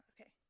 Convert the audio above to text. okay